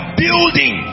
building